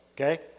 okay